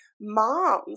moms